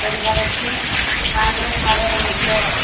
କରିବାର ଅଛି ପାଣିର ସାରର ମଧ୍ୟ